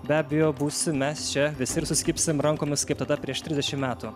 be abejo būsim mes čia visi ir susikibsim rankomis kaip tada prieš trisdešimt metų